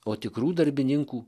o tikrų darbininkų